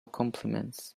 compliments